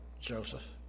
Joseph